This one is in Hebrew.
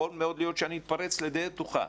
יכול מאוד להיות שאני אתפרץ לדלת פתוחה,